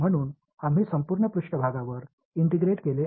எனவே நம்மிடம் என்ன இருந்தது இது இடது புறம் இருந்தது